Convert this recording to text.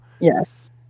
Yes